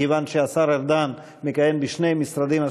מכיוון שהשר ארדן מכהן בשני משרדים,